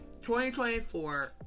2024